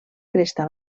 cresta